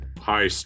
high